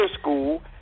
school